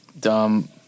dumb